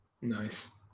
Nice